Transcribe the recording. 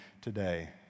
today